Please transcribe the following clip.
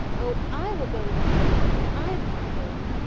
o! i will go with you, brother edwin i am not cold.